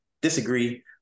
disagree